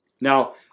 Now